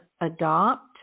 adopt